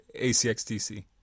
ACXDC